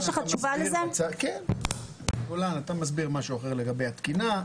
אתה מסביר משהו אחר לגבי התקינה.